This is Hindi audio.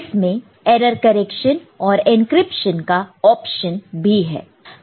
इसमें एरर करेक्शन और इंक्रिप्शन का ऑप्शन भी है